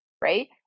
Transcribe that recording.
right